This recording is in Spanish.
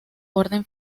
orden